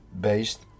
based